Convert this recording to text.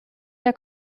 der